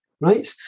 Right